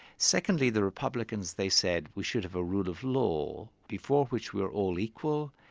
secondly, the republicans, they said, we should have a rule of law before which we're all equal,